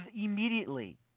immediately